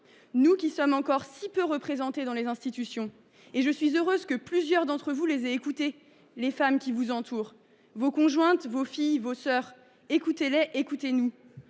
nous sommes encore si peu représentées dans les institutions. Je suis heureuse que plusieurs d’entre vous aient écouté les femmes qui les entourent, leurs conjointes, leurs filles, leurs sœurs. Écoutez les, écoutez nous